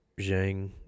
Zhang